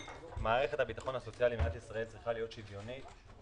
מערכת הביטחון הסוציאלי צריכה להיות שוויונית